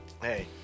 Hey